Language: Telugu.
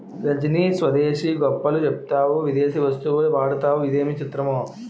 రజనీ స్వదేశీ గొప్పలు చెప్తావు విదేశీ వస్తువులు వాడతావు ఇదేమి చిత్రమో